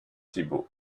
thibaut